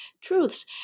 truths